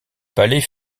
palais